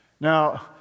Now